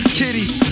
kitties